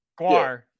Guar